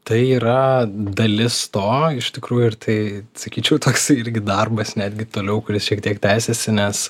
tai yra dalis to iš tikrųjų ir tai sakyčiau toksai irgi darbas netgi toliau kuris šiek tiek tęsiasi nes